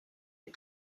est